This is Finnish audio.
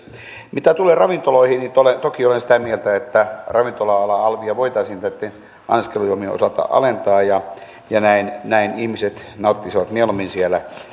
mitä tulee ravintoloihin niin toki olen sitä mieltä että ravintola alan alvia voitaisiin näitten anniskelujuomien osalta alentaa ja ja näin näin ihmiset nauttisivat mieluummin siellä